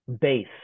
base